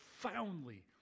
profoundly